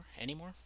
anymore